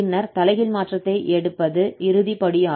பின்னர் தலைகீழ் மாற்றத்தை எடுப்பது இறுதி படியாகும்